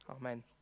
Amen